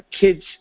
kids